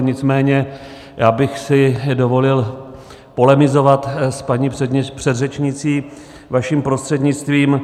Nicméně já bych si dovolil polemizovat s paní předřečnicí vaším prostřednictvím.